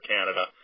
Canada